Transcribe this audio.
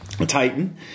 Titan